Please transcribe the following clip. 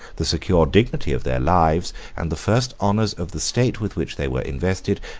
the secure dignity of their lives, and the first honors of the state with which they were invested,